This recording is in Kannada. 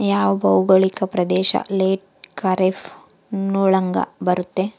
ಯಾವ ಭೌಗೋಳಿಕ ಪ್ರದೇಶ ಲೇಟ್ ಖಾರೇಫ್ ನೊಳಗ ಬರುತ್ತೆ?